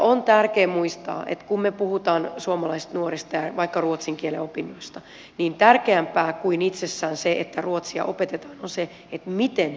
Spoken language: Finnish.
on tärkeää muistaa että kun me puhumme suomalaisista nuorista ja vaikka ruotsin kielen opinnoista niin tärkeämpää kuin itsessään se että ruotsia opetetaan on se miten me sen teemme